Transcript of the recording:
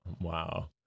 wow